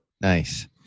Nice